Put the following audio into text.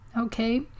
Okay